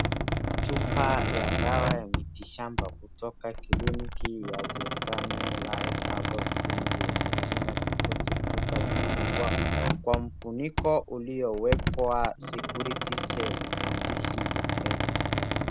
Chupa ya dawa ya miti shamba kutoka kliniki ya Zaphania life herbal clinic yenye jina detox chupa imefungwa kwa mfuniko uliowekwa security seal na maandishi ya mbele .